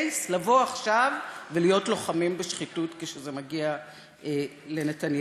לבוא עכשיו ולהיות לוחמים בשחיתות כשזה מגיע לנתניהו,